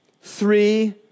three